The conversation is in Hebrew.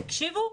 תקשיבו,